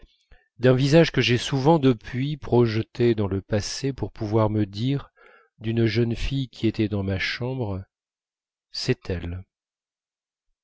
d'un visage que j'ai souvent depuis projeté dans le passé pour pouvoir me dire d'une jeune fille qui était dans ma chambre c'est elle